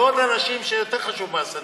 לעוד אנשים, שיותר חשוב מהסנדוויצ'ים,